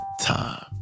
time